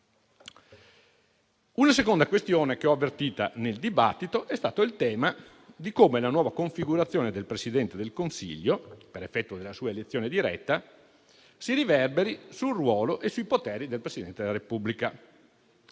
Una seconda questione che ho avvertito nel dibattito è relativa al modo in cui la nuova configurazione del Presidente del Consiglio, per effetto della sua elezione diretta, si riverbera sul ruolo e sui poteri del Presidente della Repubblica.